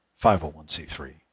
501c3